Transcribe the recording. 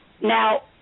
Now